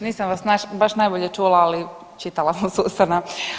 Nisam vas baš najbolje čula, ali čitala sam s usana.